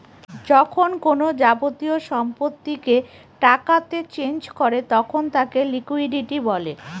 যখন কোনো যাবতীয় সম্পত্তিকে টাকাতে চেঞ করে তখন তাকে লিকুইডিটি বলে